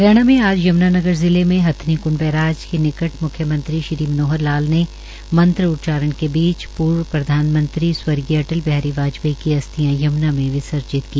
हरियाणा में आज यम्नानगर जिले में हथिनीकंड बैराज के निकट म्ख्यमंत्री श्री मनोहर लाल ने मंत्र उच्चारण के बीच पूर्व प्रधानमंत्री स्वर्गीय अटल बिहारी वाजपेयी की अस्थिां यम्ना में विर्सर्जित की